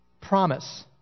promise